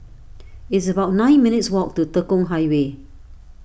it's about nine minutes' walk to Tekong Highway